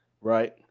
Right